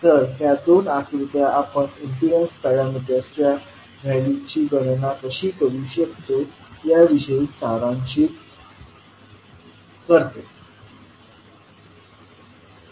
तर ह्या दोन आकृत्या आपण इम्पीडन्स पॅरामीटर्सच्या व्हॅल्यूची गणना कशी करू शकतो याविषयी सारांशित करते